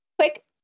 quick